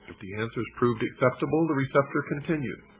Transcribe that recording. the answers proved acceptable, the receptor continued